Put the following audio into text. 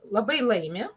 labai laimi